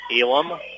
Elam